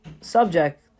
subject